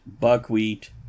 buckwheat